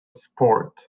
sport